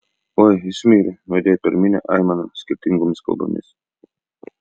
oi jis mirė nuaidėjo per minią aimana skirtingomis kalbomis